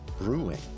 brewing